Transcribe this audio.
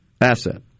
asset